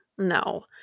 No